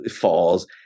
falls